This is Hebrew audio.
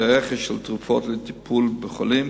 רכש של תרופות לטיפול בחולים.